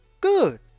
good